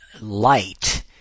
light